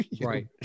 right